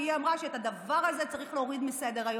כי היא אמרה שאת הדבר הזה צריך להוריד מסדר-היום.